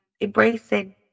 embracing